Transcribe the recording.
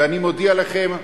ואני מודיע לכם,